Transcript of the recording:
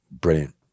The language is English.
brilliant